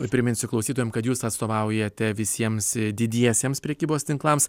ir priminsiu klausytojam kad jūs atstovaujate visiems didiesiems prekybos tinklams